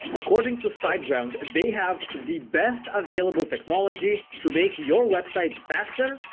according to siteground they have the best available technology to make your website faster,